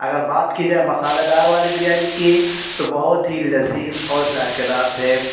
اگر بات کی جائے مسالےدار وال بریانی کی تو بہت ہی لذیذ اور ذائقےدار تھے